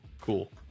Cool